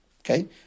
Okay